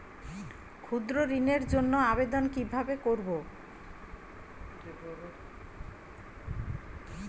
ক্ষুদ্র ঋণের জন্য আবেদন কিভাবে করব?